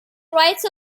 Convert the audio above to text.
writes